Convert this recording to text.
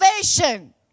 salvation